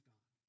God